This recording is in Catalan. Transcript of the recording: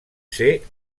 ser